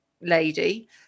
lady